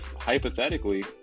hypothetically